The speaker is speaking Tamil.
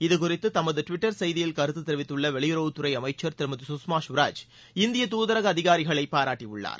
இதுகுறித்து தமது டுவிட்டர் செய்தியில் கருத்து தெரிவித்துள்ள வெளியுறவுத்துறை அமைச்சர் திருமதி சுஷ்மா ஸ்வராஜ் இந்திய துதரக அதிகாரிகளை பாராட்டியுள்ளார்